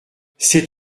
c’est